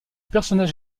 personnage